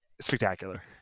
Spectacular